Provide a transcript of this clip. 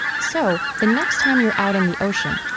so, the next time you're out in the ocean,